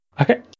Okay